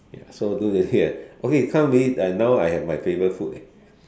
ya so don't really have okay come now I have my favorite food eh